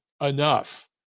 enough